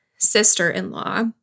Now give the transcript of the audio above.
sister-in-law